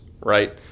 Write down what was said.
right